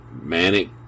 manic